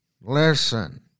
Listen